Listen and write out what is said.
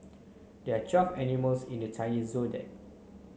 there are twelve animals in the Chinese Zodiac